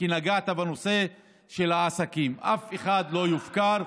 נגעת בנושא של העסקים, אף אחד לא יופקר.